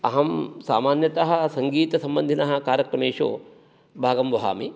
अहं सामान्यतः सङ्गीतसम्बन्धिनः कार्यक्रमेषु भागं वहामि